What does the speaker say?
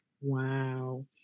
Wow